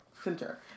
Center